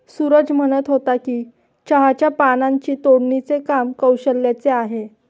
सूरज म्हणत होता की चहाच्या पानांची तोडणीचे काम कौशल्याचे आहे